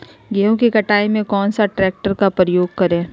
गेंहू की कटाई में कौन सा ट्रैक्टर का प्रयोग करें?